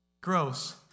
Gross